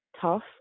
tough